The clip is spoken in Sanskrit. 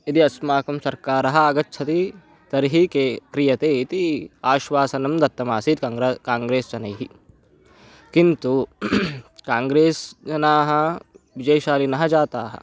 यदि अस्माकं सवर्कारः आगच्छति तर्हि के क्रियन्ते इति आश्वासनं दत्तमासीत् कङ्ग्रे काङ्ग्रेस् जनैः किन्तु काङ्ग्रेस् जनाः विजयशालिनः जाताः